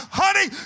honey